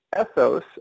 ethos